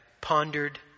pondered